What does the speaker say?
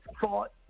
fought